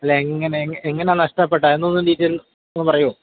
അല്ല എങ്ങനെ എങ്ങനാണ് നഷ്ടപ്പെട്ട ഐൻറ്റൊന്ന് ഡീറ്റേയ്ൽസ് ഒന്ന് പറയുമോ